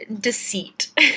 deceit